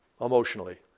emotionally